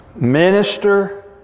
minister